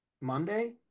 monday